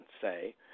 say